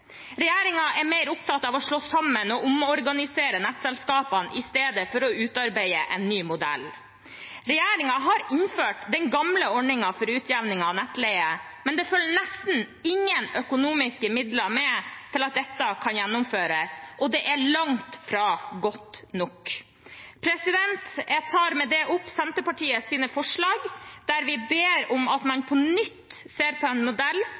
er mer opptatt av å slå sammen og omorganisere nettselskapene i stedet for å utarbeide en ny modell. Regjeringen har innført den gamle ordningen for utjevning av nettleie, men det følger nesten ingen økonomiske midler med til at dette kan gjennomføres, og det er langt fra godt nok. Arbeiderpartiet er også for en likere nettleie i hele landet. Men som saksordføreren var inne på, ser